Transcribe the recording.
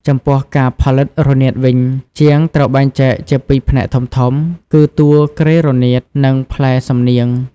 ចំពោះការផលិត រនាត វិញ ជាងត្រូវបែងចែកជាពីរផ្នែកធំៗ គឺ តួគ្រែរនាត និង ផ្លែសំនៀង។